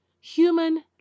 Human